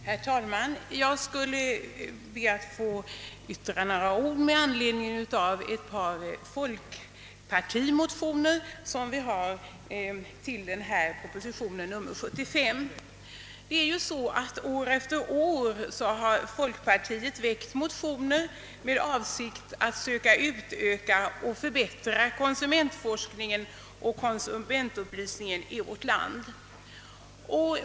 Herr talman! Jag skall be att få yttra några ord beträffande ett par folkpartimotioner med anledning av föreliggande proposition, nr 75. År efter år har ju folkpartiet väckt motioner med avsikt att söka utöka och förbättra konsumentforskningen och konsumentupplysningen i vårt land.